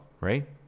right